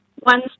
one